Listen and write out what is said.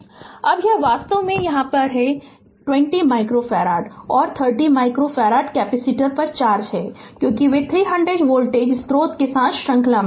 Refer slide time 1916 अब यह वास्तव में यह होगा कि यह 20 माइक्रोफ़ारड और 30 माइक्रोफ़ारड कैपेसिटर पर चार्ज है क्योंकि वे 300 वोल्टेज स्रोत के साथ श्रृंखला में हैं